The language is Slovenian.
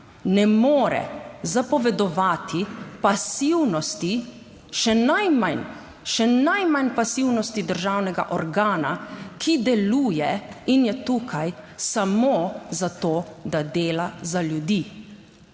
še najmanj pasivnosti državnega organa, ki deluje in je tukaj samo zato, da dela za ljudi